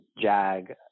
JAG